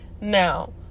Now